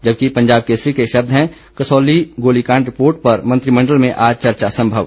जबकि पंजाब केसरी के शब्द हैं कसौली गोलीकांड रिपोर्ट पर मंत्रिमंडल में आज चर्चा संभव